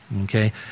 okay